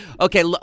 Okay